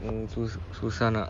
mm susah nak